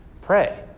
pray